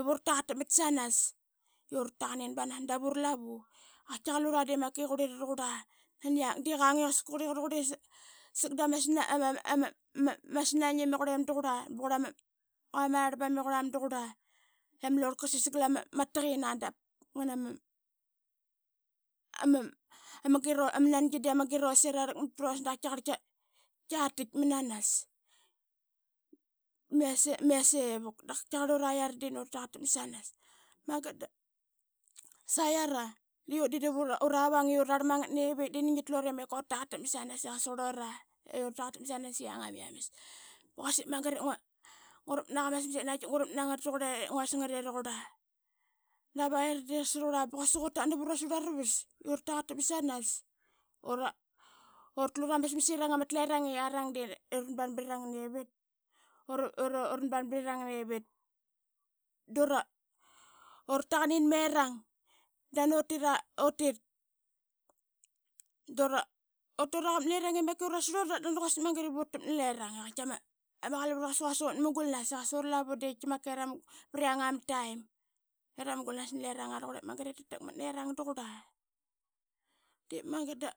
Ip ura taqatakmat sanas i rataqunin banas. Dap ura lavu qaituqar lura de makai qurera ruqura nani yak daqang i quera rurura ama snaigim i qurem duqura baqura qua ama rabam i quram snaingim i qurem duqura baqura qua ama rabam i quram duqura i ama larlka qasis glama taqinina dap nganama nangi de ama gilros i rarlakmat pros da qaitaqas tatitk mannanas mia ee vuk dap qaitiqar ura i yara de nani ura taqatakmat sanas. Mangat da sai ara deut dedip ura vang i urarmangat nevit de nani ngitlar i meka ura taqatakmat sanas i qasa qurora i ratagatak mat sanas i yanga aama yames ba quasik mangat ip ngua rakmat nama smas ip naqaitika ngurakmat nangat tuqura ip ngua sangat i ruqura. Dap i yara de ruqura ba qasa quasik atat navora slura rlavas i ura taqatakmat sanas ura hurama smas i rang ama. Herang i yarang de uranban brirang nevit ura nanban brirang nevit dorataqap nalerangai i qaita ma qalavet i qaiti quasik mangat ip ura takmat naleranga i qaita ma qalavut i qaiti quasik ut mungalnas i qasa ura lavu de qaiti makai prionga ama taim i ramungalnas naleranga ruqura ip mangat ip tatakmat nerang tuqura. Dep mangat da